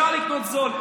אפשר לקנות בהם בזול.